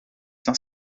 dans